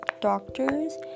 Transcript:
doctors